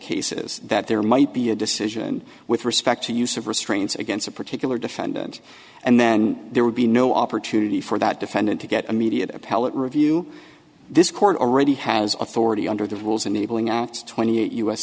cases that there might be a decision with respect to use of restraints against a particular defendant and then there would be no opportunity for that defendant to get immediate appellate review this court already has authority under the rules enabling us to twenty eight u s